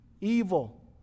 Evil